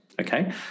Okay